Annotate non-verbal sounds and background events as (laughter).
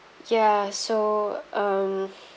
ya so um (breath)